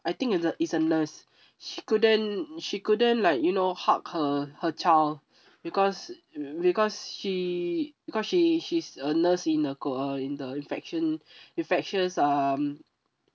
I think it's a it's a nurse she couldn't she couldn't like you know hug her her child because because she because she she's a nurse in a co~ uh in the infection infectious um